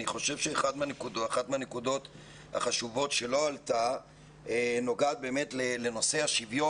אני חושב שאחת מהנקודות החשובות שלא עלתה נוגעת באמת לנושא השיוויון.